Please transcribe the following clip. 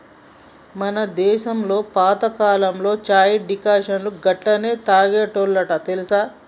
మన దేసంలో పాతకాలంలో చాయ్ డికాషన్ను గట్లనే తాగేటోల్లు తెలుసా